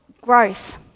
growth